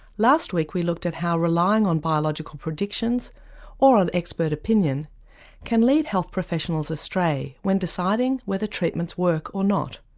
last week we looked at how relying on biological predictions or on expert opinion can lead health professionals astray when deciding whether treatments work or not.